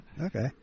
Okay